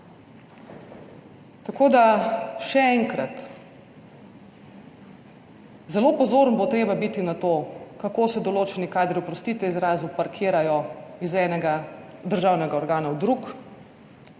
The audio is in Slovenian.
Tako, da še enkrat, zelo pozoren bo treba biti na to, kako se določeni kadri, oprostite izrazu, parkirajo iz enega državnega organa v drug.